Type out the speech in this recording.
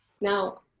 now